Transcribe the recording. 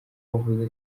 wahoze